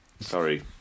Sorry